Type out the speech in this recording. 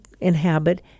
inhabit